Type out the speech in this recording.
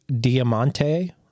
Diamante